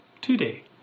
today